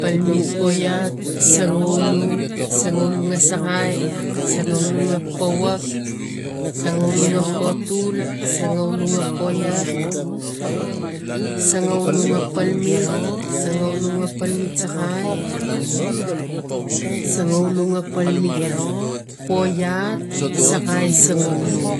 mpalmet poiat sangaulong sangulong a sakai sangaulong a powak songaulong a potul sangaulong a poiat sasngaulong a palmat sakai sangaulong palmat polat sakai sangaulong